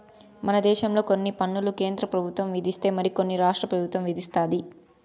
మన దేశంలో కొన్ని పన్నులు కేంద్ర పెబుత్వం విధిస్తే మరి కొన్ని రాష్ట్ర పెబుత్వం విదిస్తది